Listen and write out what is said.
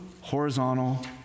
horizontal